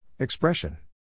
Expression